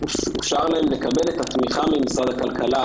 עסקים שאושר להם לקבל את התמיכה ממשרד הכלכלה.